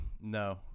No